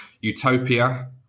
Utopia